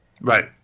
Right